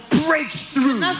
breakthrough